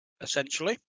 Essentially